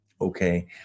okay